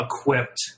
equipped